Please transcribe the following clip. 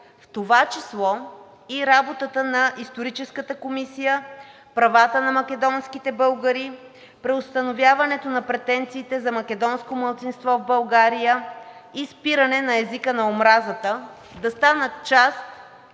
в това число и работата на Историческата комисия, правата на македонските българи, преустановяването на претенциите за македонско малцинство в България и спиране на езика на омразата да станат част